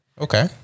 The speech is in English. Okay